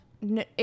No